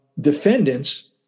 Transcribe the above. defendants